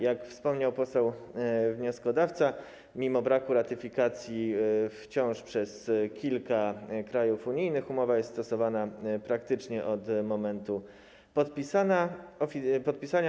Jak wspomniał poseł wnioskodawca, mimo braku ratyfikacji przez kilka krajów unijnych umowa jest stosowana praktycznie od momentu podpisania.